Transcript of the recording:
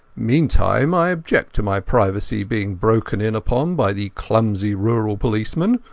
meantime i object to my privacy being broken in upon by the clumsy rural policeman.